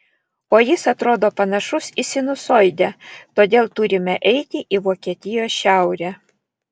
o jis atrodo panašus į sinusoidę todėl turime eiti į vokietijos šiaurę